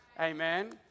Amen